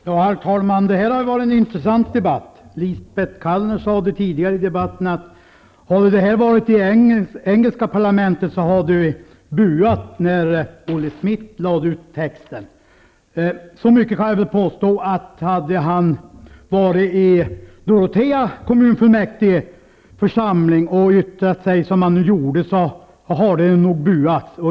Herr talman! Detta har varit en intressant debatt. Lisbet Calner sade tidigare i debatten att hade det varit i engelska parlamentet hade vi buat när Olle Schmidt lade ut texten. Så mycket kan jag i alla fall påstå att hade han varit i Dorotea kommunfullmäktige och yttrat sig som han gjorde, då hade det nog buats.